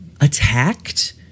attacked